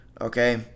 Okay